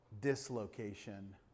dislocation